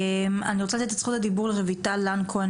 אני רוצה לתת את זכות הדיבור לרויטל לן כהן,